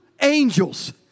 angels